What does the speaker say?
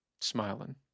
Smiling